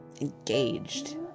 engaged